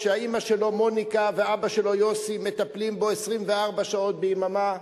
כשאמא שלו מוניקה ואבא שלו יוסי מטפלים בו 24 שעות ביממה,